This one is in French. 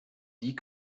dit